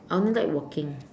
I only like walking